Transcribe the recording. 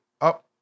up